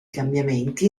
cambiamenti